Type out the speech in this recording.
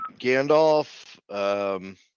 Gandalf